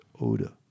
odor